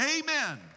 Amen